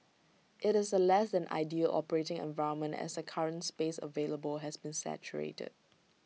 IT is A less than ideal operating environment as the current space available has been saturated